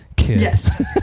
yes